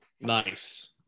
Nice